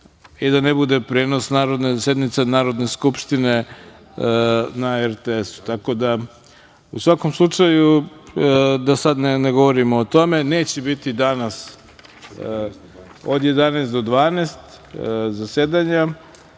i da ne bude prenosa sednica Narodne skupštine na RTS-u. Tako da, u svakom slučaju, da sad ne govorimo o tome, neće biti danas od 11.00 do 12.00 časova